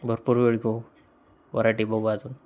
भरपूर वेळ घेऊ वरायटी बघू अजून